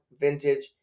vintage